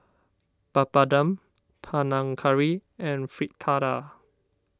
Papadum Panang Curry and Fritada